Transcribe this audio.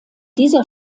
dieser